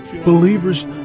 Believers